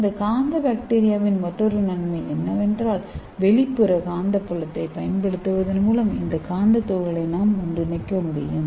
இந்த காந்த பாக்டீரியாவின் மற்றொரு நன்மை என்னவென்றால் வெளிப்புற காந்தப்புலத்தைப் பயன்படுத்துவதன் மூலம் இந்த காந்தத் துகள்களை நாம் ஒன்றிணைக்க முடியும்